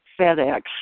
FedEx